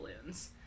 balloons